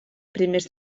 primers